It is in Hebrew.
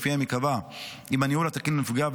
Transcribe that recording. שלפיהם ייקבע אם הניהול התקין נפגע,